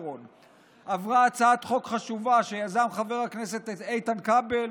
עברה הצעת חוק חשובה שיזם חבר הכנסת איתן כבל,